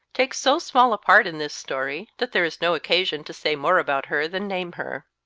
takes so small a part in this story that there is no occasion to say more about her than name her.